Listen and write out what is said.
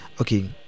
okay